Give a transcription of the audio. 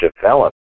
development